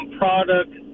product